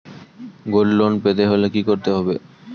Gold loan পেতে হলে কি করতে হবে?